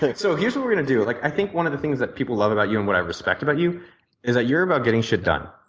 like so, here's what we're going to do like i think that one of the things that people love about you and what i respect about you is that you're about getting shit done.